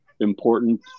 important